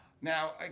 Now